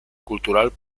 cultural